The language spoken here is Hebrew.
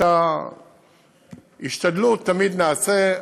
את ההשתדלות תמיד נעשה,